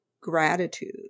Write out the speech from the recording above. gratitude